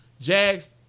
Jags